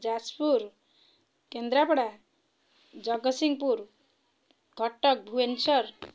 Jajpur Kendrapara Jagatsinghpur Cuttack Bhubaneswar